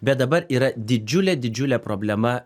bet dabar yra didžiulė didžiulė problema